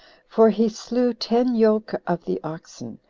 for he slew ten yoke of the oxen,